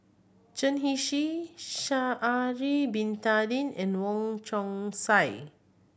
Chen Sha'ari Bin Tadin and Wong Chong Sai